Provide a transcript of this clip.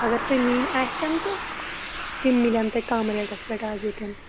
اگر تُہۍ نِنۍ آسن تہٕ تِم مِلَن تۄہہِ کَم ریٹَس پٮ۪ٹھ آز ییٚتٮ۪ن